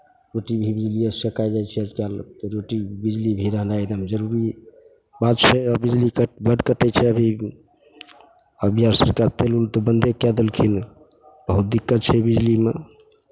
रोटी भी बिजलिएसँ सेकाय जाइ छै आजकल तऽ रोटी बिजली भी रहनाइ एकदम जरूरी बात छै आओर बिजली कट बड्ड कटै छै अभी आओर बिहार सरकार तऽ तेल उल तऽ बन्दे कए देलखिन बहुत दिक्कत छै बिजलीमे